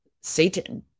Satan